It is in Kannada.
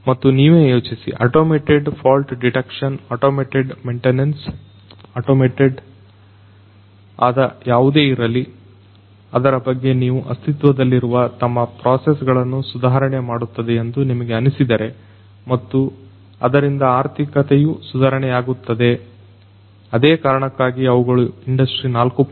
ಮತ್ತು ನೀವೇ ಯೋಚಿಸಿ automated fault detection automated maintenance automated ಆದ ಯಾವುದೇ ಇರಲಿ ಅದರ ಬಗ್ಗೆ ನಿಮಗೆ ಅಸ್ತಿತ್ವದಲ್ಲಿರುವ ತಮ್ಮ ಪ್ರೋಸೆಸ್ ಗಳನ್ನು ಸುಧಾರಣೆ ಮಾಡುತ್ತದೆ ಎಂದು ನಿಮಗೆ ಅನಿಸಿದರೆ ಮತ್ತು ಅದರಿಂದ ಆರ್ಥಿಕತೆಯು ಸುಧಾರಣೆಯಾಗುತ್ತದೆ ಅದೇ ಕಾರಣಕ್ಕಾಗಿಯೇ ಅವುಗಳು ಇಂಡಸ್ಟ್ರಿ4